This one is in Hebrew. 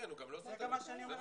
זה מה שאני אומר